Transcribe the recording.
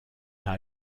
n’a